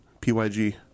P-Y-G